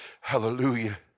Hallelujah